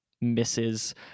misses